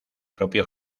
propio